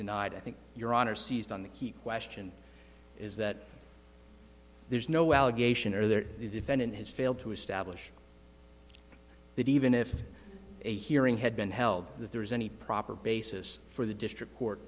denied i think your honor seized on the key question is that there's no allegation or there the defendant has failed to establish that even if a hearing had been held that there is any proper basis for the district court